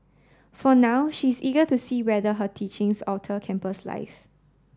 for now she is eager to see whether her teachings alter campus life